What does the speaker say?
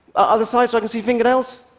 other sides so i can see fingernails?